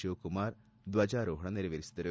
ಶಿವಕುಮಾರ್ ಧ್ವಜಾರೋಹಣ ನೆರವೇರಿಸಿದರು